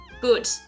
Good